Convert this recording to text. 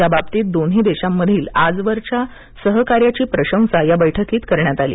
याबाबतीत दोन्ही देशांमधील आजवरच्या सहकार्याची प्रशंसा या बैठकीत करण्यात आली